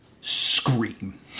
scream